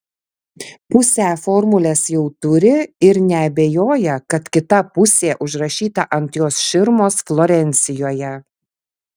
pusę formulės jau turi ir neabejoja kad kita pusė užrašyta ant jos širmos florencijoje